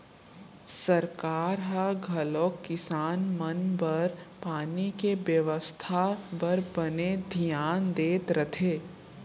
सरकार ह घलौक किसान मन बर पानी के बेवस्था बर बने धियान देत रथे